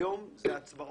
היום זה הצבעות.